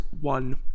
one